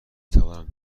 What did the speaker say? توانم